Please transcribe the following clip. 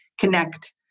connect